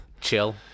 chill